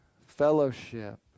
fellowship